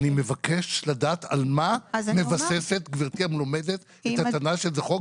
אני מבקש לדעת על מה מבססת גברתי המלומדת את הטענה שזה חוק